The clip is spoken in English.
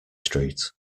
street